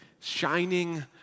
Shining